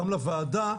גם לוועדה,